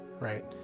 right